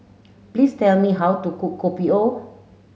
please tell me how to cook Kopi O